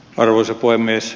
arvoisa puhemies